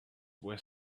were